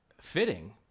fitting